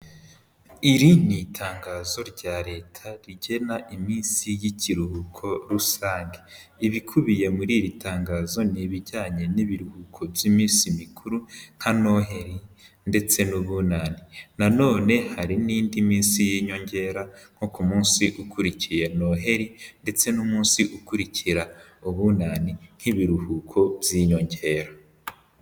Iri ni itangazo rya leta rigena iminsi y'ikiruhuko rusange, ibikubiye muri iri tangazo ni ibijyanye n'ibiruhuko by'iminsi mikuru nka Noheli ndetse n'Ubunanani, na none hari n'indi minsi y'inyongera nko ku munsi ukurikiye noheli ndetse n'umunsi ukurikira ubunani nk'ibiruhuko by'inyongera.